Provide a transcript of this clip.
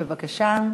בבקשה.